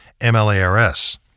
MLARS